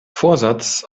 vorsatz